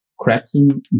Crafting